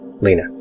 Lena